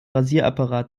rasierapparat